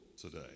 today